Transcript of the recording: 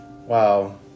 Wow